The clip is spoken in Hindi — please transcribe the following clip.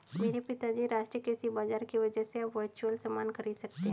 मेरे पिताजी राष्ट्रीय कृषि बाजार की वजह से अब वर्चुअल सामान खरीद सकते हैं